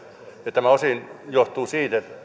tämä osin johtuu siitä että